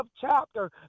chapter